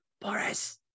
Boris